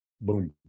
Boom